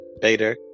Bader